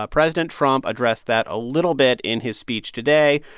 ah president trump addressed that a little bit in his speech today,